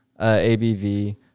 ABV